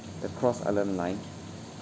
the cross island line